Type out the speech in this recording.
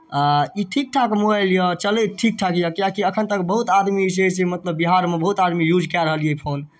आ ई ठीक ठाक मोबाइल यए चलैत ठीक ठाक यए किएकि एखन तक बहुत आदमी जे छै से मतलब बिहारमे बहुत आदमी यूज कए रहलै यए ई फोन